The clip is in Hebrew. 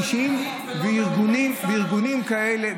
אישים וארגונים כאלה,